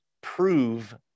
prove